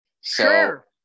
Sure